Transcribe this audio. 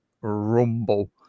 rumble